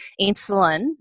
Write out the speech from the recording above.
insulin